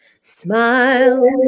Smile